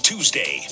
Tuesday